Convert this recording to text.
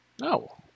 No